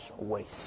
waste